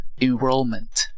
Enrollment